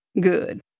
Good